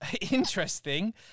interesting